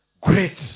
great